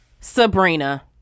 Sabrina